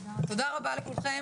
תודה רבה לכולכם